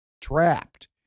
trapped